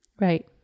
right